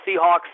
seahawks